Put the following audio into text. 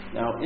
Now